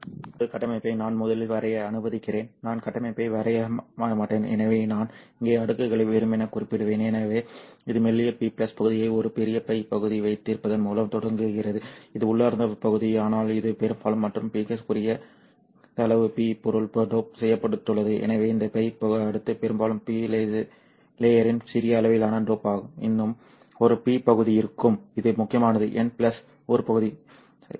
APD என்பது கட்டமைப்பை நான் முதலில் வரைய அனுமதிக்கிறேன் நான் கட்டமைப்பை வரையமாட்டேன் எனவே நான் இங்கே அடுக்குகளை வெறுமனே குறிப்பிடுவேன் எனவே இது மெல்லிய P பகுதியை ஒரு பெரிய π பகுதி வைத்திருப்பதன் மூலம் தொடங்குகிறது இது உள்ளார்ந்த பகுதி ஆனால் இது பெரும்பாலும் மற்றும் மிகக் குறைந்த அளவு p பொருள் டோப் செய்யப்பட்டுள்ளது எனவே இந்த π அடுக்கு பெரும்பாலும் p லேயரின் சிறிய அளவிலான டோப் ஆகும் இன்னும் ஒரு p பகுதி இருக்கும் இது முக்கியமானது n ஒரு பகுதி சரி